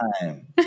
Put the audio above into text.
time